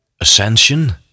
Ascension